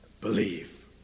believe